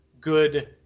good